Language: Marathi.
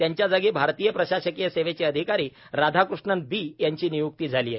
त्यांच्या जागी भारतीय प्रशासकीय सेवेचे अधिकारी राधाकृष्णन बी यांची निय्क्ती झाली आहे